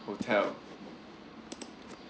hotel